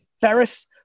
Ferris